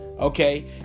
Okay